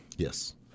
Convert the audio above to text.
Yes